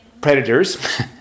predators